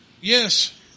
Yes